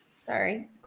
Sorry